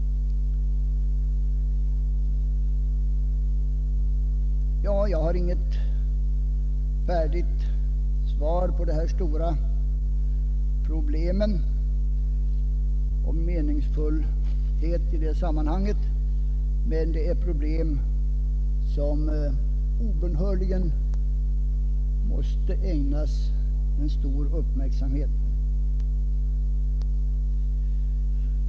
Jag har inte något färdigt svar på dessa stora frågor om meningsfullheten i det här sammanhanget, men det är problem som obönhörligen måste ägnas stor uppmärksamhet.